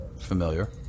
familiar